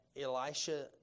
Elisha